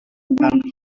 and